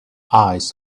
eyes